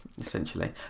Essentially